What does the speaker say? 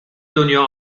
دنیا